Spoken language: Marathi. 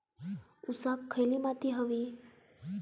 ऊसाक खयली माती व्हयी?